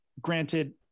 granted